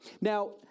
Now